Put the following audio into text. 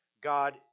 God